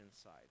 inside